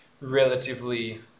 relatively